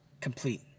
complete